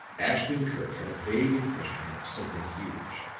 ashton-kirk had a vague impression of something huge,